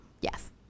Yes